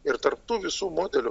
ir tarp tų visų modelių